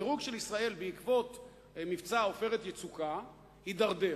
הדירוג של ישראל בעקבות מבצע "עופרת יצוקה" הידרדר.